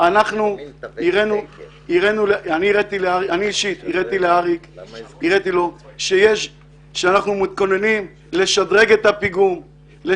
אני הראיתי לאריק שאנחנו מתכוננים לשדרג את הפיגום אבל